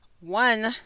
one